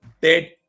dead